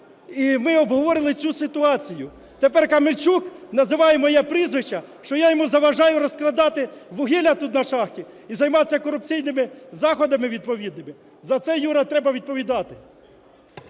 і ми обговорювали цю ситуацію. Тепер Камельчук називає моє прізвище, що я йому заважаю розкрадати вугілля тут на шахті і займатися корупційними заходами відповідними. За це, Юра, треба відповідати!